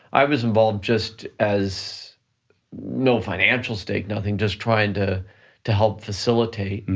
i was involved just as no financial stake, nothing just trying to to help facilitate, and